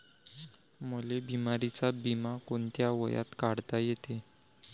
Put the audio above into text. मले बिमारीचा बिमा कोंत्या वयात काढता येते?